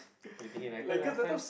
we were thinking like cause last time